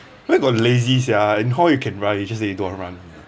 where got lazy sia in hall you can run it's just that you don't want run